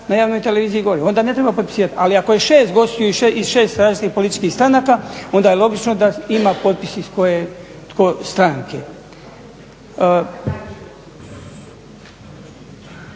na javnoj televiziji govori, onda ne treba potpisivat. Ali ako je 6 gostiju iz 6 različitih političkih stranaka onda je logično da ima potpis iz koje je